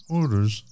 orders